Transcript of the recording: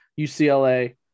UCLA